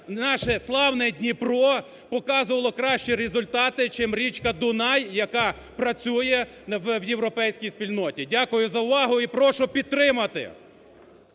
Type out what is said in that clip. наше славне Дніпро показувало кращі результати, чим річка Дунай, яка працює в європейській спільноті. Дякую за увагу і прошу підтримати!